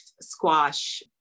squash